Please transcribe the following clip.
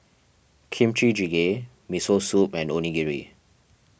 Kimchi Jjigae Miso Soup and Onigiri